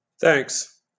Thanks